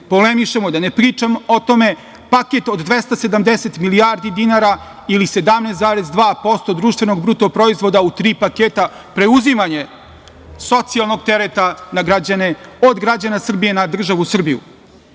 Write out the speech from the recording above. polemišemo, da ne pričam o tome, paket od 270 milijardi dinara ili 17,2% BDP u tri paketa, preuzimanje socijalnog tereta na građane od građana Srbije na državu Srbiju. Imamo